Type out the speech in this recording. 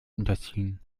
unterziehen